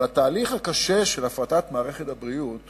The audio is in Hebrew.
אבל התהליך הקשה של הפרטת מערכת הבריאות